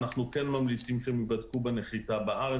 אנחנו כן ממליצים שהם ייבדקו בנחיתה בארץ,